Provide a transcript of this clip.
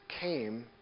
came